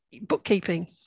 bookkeeping